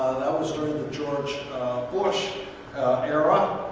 that was during the george bush era,